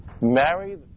married